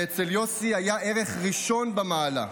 ואצל יוסי היה ערך ראשון במעלה.